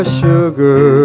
sugar